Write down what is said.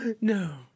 No